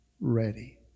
ready